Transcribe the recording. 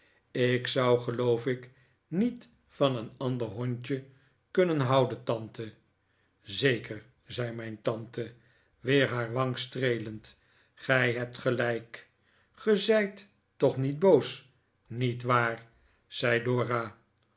ik zou geloof ik niet van een ander hondje kunnen houden tante zeker zei mijn tante weer haar wang streelend gij hebt gelijk ge zijt toch niet boos niet waar zei dora